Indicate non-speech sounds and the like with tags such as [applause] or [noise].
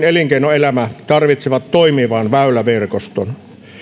[unintelligible] elinkeinoelämä tarvitsee toimivan väyläverkoston